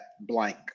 blank